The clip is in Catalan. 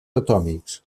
atòmics